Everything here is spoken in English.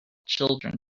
children